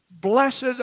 Blessed